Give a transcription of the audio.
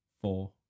Four